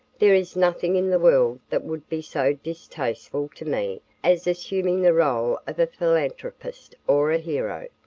there is nothing in the world that would be so distasteful to me as assuming the role of a philanthropist or a hero.